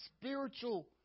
spiritual